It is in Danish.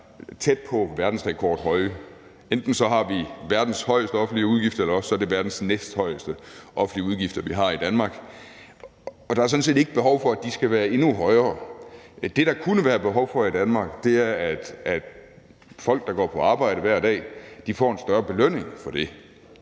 af verden; enten har vi i Danmark verdens højeste offentlige udgifter, eller også har vi verdens næsthøjeste offentlige udgifter. Og der er sådan set ikke behov for, at de skal være endnu højere. Det, der kunne være behov for i Danmark, var, at folk, der går på arbejde hver dag, fik en større belønning for det.